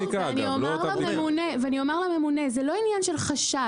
ואומר לממונה זה לא עניין של חשד.